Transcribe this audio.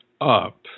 up